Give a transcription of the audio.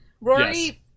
rory